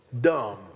dumb